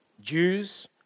Jews